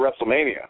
WrestleMania